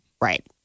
Right